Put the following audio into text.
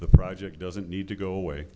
the project doesn't need to go away